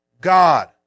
God